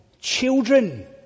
children